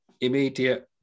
immediate